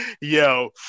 yo